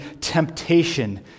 temptation